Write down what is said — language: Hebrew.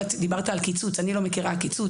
דיברת על קיצוץ, אבל אני לא מכירה קיצוץ.